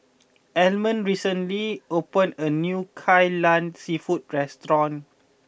Almond recently opened a new Kai Lan seafood restaurant